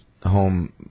home